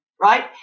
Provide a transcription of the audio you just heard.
right